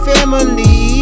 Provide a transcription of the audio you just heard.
Family